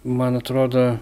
man atrodo